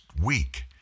week